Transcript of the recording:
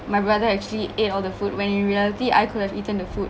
my brother actually ate all the food when in reality I could have eaten the food